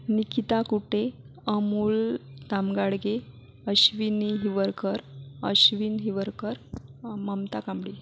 Nikita Kute Amol Tamgadge Ashwini Hiwarkar Ashwin Hiwarkar Mamta Kambadi